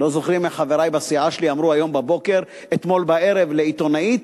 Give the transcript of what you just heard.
לא זוכרים איך חברי בסיעה שלי אמרו אתמול בערב לעיתונאית